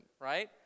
right